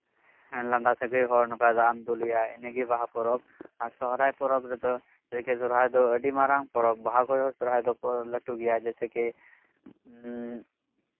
ᱞᱟᱸᱫᱟ ᱥᱟᱹᱜᱟᱹᱭ ᱦᱚᱲ ᱫᱟᱜ ᱮᱢ ᱫᱩᱞ ᱟᱭᱟ ᱤᱱᱟᱹᱜᱮ ᱵᱟᱦᱟ ᱯᱚᱨᱚᱵᱽ ᱟᱨ ᱥᱚᱨᱦᱟᱭ ᱯᱚᱨᱚᱵᱽ ᱨᱮᱫᱚ ᱟᱹᱰᱤ ᱢᱟᱨᱟᱝ ᱯᱚᱨᱚᱵᱽ ᱵᱟᱦᱟ ᱠᱷᱚᱱ ᱦᱚᱸ ᱥᱚᱨᱦᱟᱭ ᱟᱹᱰᱤ ᱢᱟᱨᱟᱝ ᱞᱟᱹᱴᱩ ᱜᱮᱭᱟ ᱡᱮᱭᱥᱮᱠᱤ ᱦᱮᱸ